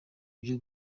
ibyo